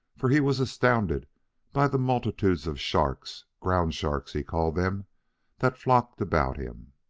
for he was astounded by the multitudes of sharks ground-sharks, he called them that flocked about him.